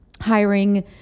hiring